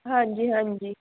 ਹਾਂਜੀ ਹਾਂਜੀ